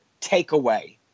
takeaway